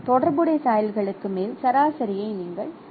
தொடர்புடைய சாயல்களுக்கு மேல் சராசரியை நீங்கள் எடுக்கலாம்